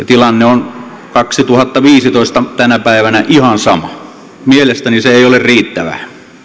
tilanne on kaksituhattaviisitoista tänä päivänä ihan sama mielestäni se ei ole riittävää